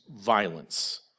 violence